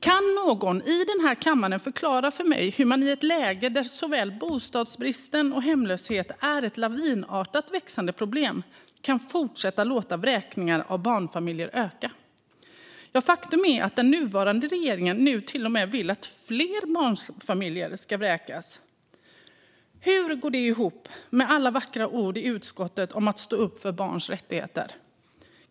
Kan någon i den här kammaren förklara för mig hur man i ett läge där såväl bostadsbrist som hemlöshet är ett lavinartat växande problem kan fortsätta att låta vräkningar av barnfamiljer öka? Faktum är att den nuvarande regeringen till och med vill att fler barnfamiljer ska vräkas. Hur går det ihop med alla vackra ord i utskottet om att stå upp för barns rättigheter?